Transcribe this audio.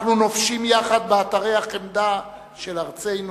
אנחנו נופשים יחד באתרי החמדה של ארצנו,